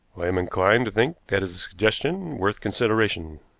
i am inclined to think that is a suggestion worth consideration,